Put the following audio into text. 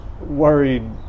worried